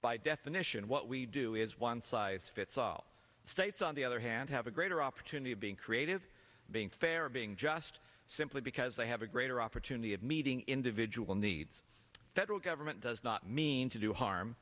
by definition what we do is one size fits all states on the other hand have a greater opportunity of being creative being fair or being just simply because they have a greater opportunity of meeting individual needs federal government does not mean to do harm